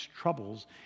troubles